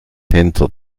hinter